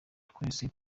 twese